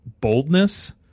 boldness